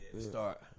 Start